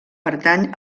pertany